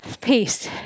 Peace